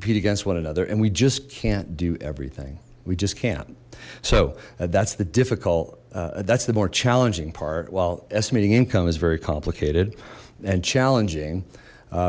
compete against one another and we just can't do everything we just can so that's the difficult that's the more challenging part while estimating income is very complicated and challenging